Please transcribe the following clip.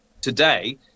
today